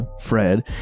Fred